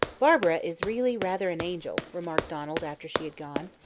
barbara is really rather an angel, remarked donald after she had gone.